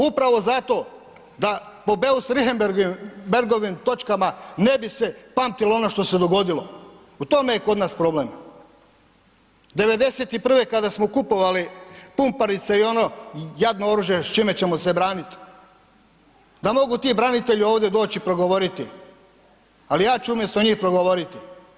Upravo zato da po Beus Richeberghovim točkama ne bi se pamtilo ono što se dogodilo, u tome je kod nas problem. '91. kada smo kupovali pumperice i ono jadno oružje s čime ćemo se branit, da mogu ti branitelji ovdje doći i progovoriti ali ja ću umjesto njih progovoriti.